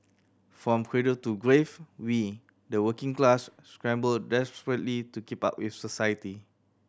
from cradle to grave we the working class scramble desperately to keep up with society